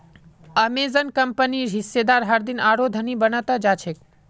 Amazon कंपनीर हिस्सेदार हरदिन आरोह धनी बन त जा छेक